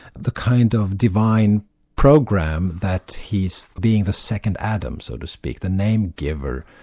the kind of divine program that he's being the second adam, so to speak, the name-giver